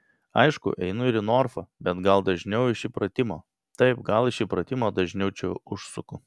aišku einu ir į norfą bet gal dažniau iš įpratimo taip gal iš įpratimo dažniau čia užsuku